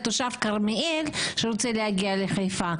על תושב כרמיאל שרוצה להגיע לחיפה,